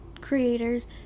creators